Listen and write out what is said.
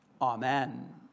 Amen